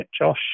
Josh